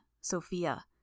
Sophia